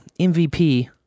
MVP